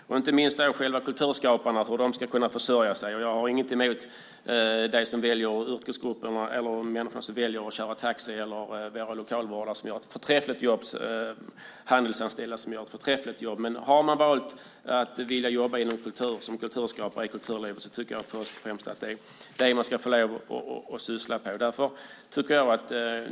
Det är inte minst fråga om hur kulturskaparna ska kunna försörja sig. Jag har inget emot människor som väljer att köra taxi eller vara lokalvårdare. De är handelsanställda som gör ett förträffligt jobb. Men om man vill jobba som kulturskapare i kulturlivet är det först och främst vad man ska få syssla med.